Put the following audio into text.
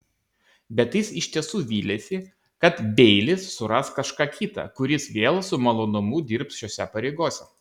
bet jis iš tiesų vylėsi kad beilis suras kažką kitą kuris vėl su malonumu dirbs šiose pareigose